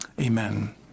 Amen